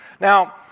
Now